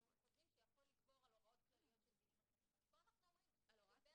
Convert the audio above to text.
לכאן עם החוק הזה רק למקרים שבאמת